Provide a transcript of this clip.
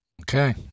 Okay